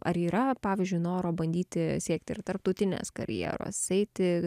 ar yra pavyzdžiui noro bandyti siekt ir tarptautinės karjeros eiti